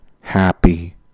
happy